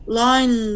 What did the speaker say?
line